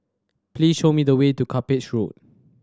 please show me the way to Cuppage Road